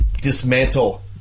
dismantle